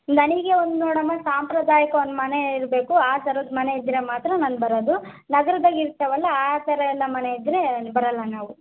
ನನಗೆ ಒಂದು ನೋಡಮ್ಮ ಸಾಂಪ್ರದಾಯಿಕ ಒಂದು ಮನೆ ಇರಬೇಕು ಆ ಥರದ್ದು ಮನೆ ಇದ್ದರೆ ಮಾತ್ರ ನಾನು ಬರೋದು ನಗರ್ದಾಗ ಇರ್ತವಲ್ಲ ಆ ಥರ ಎಲ್ಲ ಮನೆ ಇದ್ದರೆ ಬರೋಲ್ಲ ನಾವು